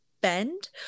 bend